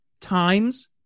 times